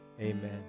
Amen